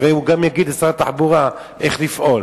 הרי הוא גם יגיד לשר התחבורה איך לפעול.